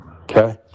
Okay